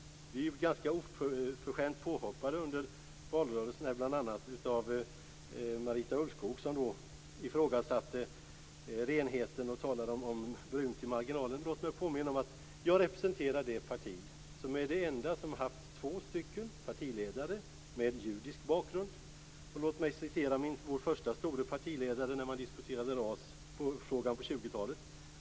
Vi blev ju ganska oförskämt påhoppade under valrörelsen av bl.a. Marita Ulvskog. Hon ifrågasatte renheten och talade om brunt i marginalen. Låt mig påminna om att jag representerar det parti som är det enda som har haft två partiledare med judisk bakgrund. Låt mig också citera vår förste store partiledare när man diskuterade rasfrågan på 20-talet.